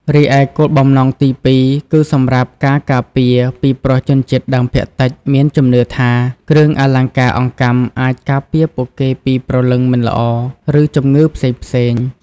រីឯគោលបំណងទីពីរ គឺសម្រាប់ ការការពារ ពីព្រោះជនជាតិដើមភាគតិចមានជំនឿថា គ្រឿងអលង្ការអង្កាំអាចការពារពួកគេពីព្រលឹងមិនល្អ ឬជំងឺផ្សេងៗ។